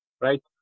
right